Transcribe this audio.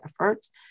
efforts